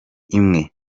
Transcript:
imwe